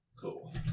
cool